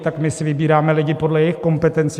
Tak my si vybíráme lidi podle jejich kompetencí.